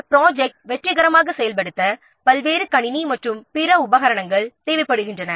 ப்ரொஜெக்ட்டை வெற்றிகரமாக செயல்படுத்த பல்வேறு கணினி மற்றும் பிற உபகரணங்கள் தேவைப்படுகின்றன